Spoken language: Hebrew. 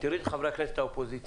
תראי את חברי הכנסת מהאופוזיציה,